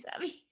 savvy